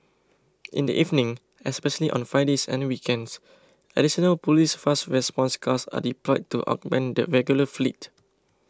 in the evenings especially on Fridays and weekends additional police fast response cars are deployed to augment the regular fleet